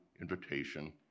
invitation